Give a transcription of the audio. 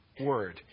word